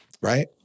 right